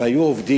אם היו עובדים,